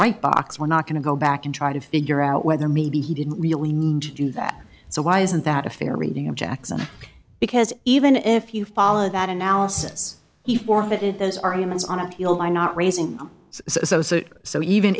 right box we're not going to go back and try to figure out whether maybe he didn't really need to do that so why isn't that a fair reading of jackson because even if you follow that analysis he forfeited those arguments on appeal by not raising them so so so even